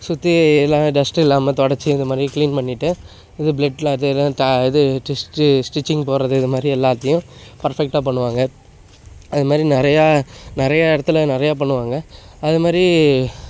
சுற்றில்லாம் dust இல்லாமல் தொடச்சி இந்த மாதிரி க்ளீன் பண்ணிவிட்டு இது ப்ளட்ல இது என்ன ட இது டெஸ்ட்டு ஸ்டிச்சிங் போடுறது இது மாதிரி எல்லாத்தையும் பர்ஃபெக்ட்டாக பண்ணுவாங்க அது மாதிரி நிறையா நிறையா இடத்துல நிறையா பண்ணுவாங்க அது மாதிரி